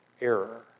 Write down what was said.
error